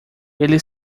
ele